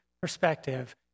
perspective